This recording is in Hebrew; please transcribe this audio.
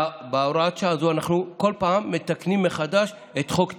בהוראת השעה הזאת אנחנו כל פעם מתקנים מחדש את חוק טיבי,